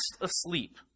asleep